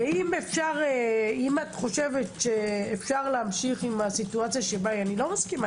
אם את חושבת שאפשר להמשיך במצב אני לא מסכימה.